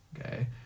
okay